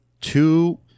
two